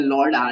Lord